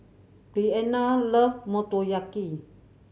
Breanna loves Motoyaki